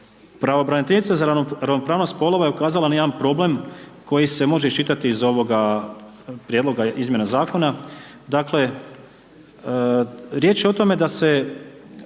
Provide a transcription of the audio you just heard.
Pravobraniteljica za ravnopravnost spolova je ukazala na jedan problem koji se može iščitati iz ovoga Prijedloga izmjena Zakona,